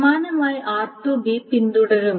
സമാനമായി r2 പിന്തുടരുന്നു